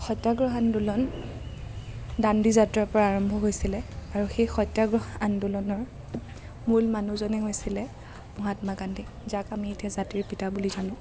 সত্যাগ্ৰহ আন্দোলন দাণ্ডী যাত্ৰাৰপৰা আৰম্ভ হৈছিলে আৰু সেই সত্য়াগ্ৰহ আন্দোলনৰ মূল মানুহজনে হৈছিলে মহাত্মা গান্ধী যাক আমি এতিয়া জাতিৰ পিতা বুলি জানো